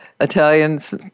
Italians